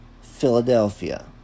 Philadelphia